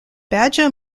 badger